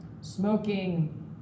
smoking